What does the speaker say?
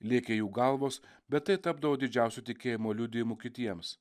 lėkė jų galvos bet tai tapdavo didžiausiu tikėjimo liudijimu kitiems